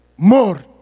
More